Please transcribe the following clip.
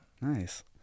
Nice